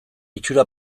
itxura